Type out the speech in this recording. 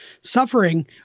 suffering